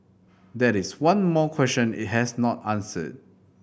that is one more question it has not answered